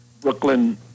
Brooklyn